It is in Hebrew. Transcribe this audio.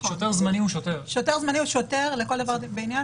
שוטר זמני הוא שוטר לכל דבר ועניין,